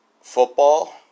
Football